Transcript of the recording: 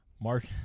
Mark